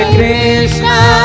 Krishna